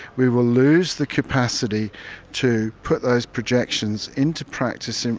we will lose the capacity to put those projections into practice, and